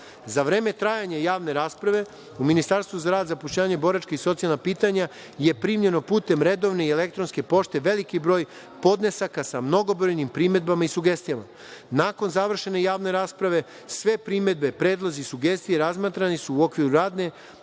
Za vreme trajanja javne rasprave u Ministarstvu za rad, zapošljavanje, boračka i socijalna pitanja je primljeno putem redovne i elektronske pošte veliki broj podnesaka sa mnogobrojnim primedbama i sugestijama. Nakon završene javne rasprave sve primedbe, predlozi i sugestije razmatrani su u okviru rada